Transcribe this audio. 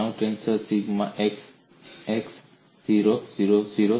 તણાવ tensor sigma xx 0 0 0